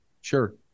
Sure